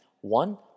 One